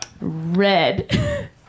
Red